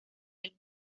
del